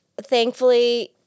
Thankfully